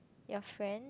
your friend